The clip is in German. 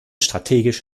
strategisch